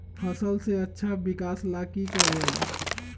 फसल के अच्छा विकास ला की करवाई?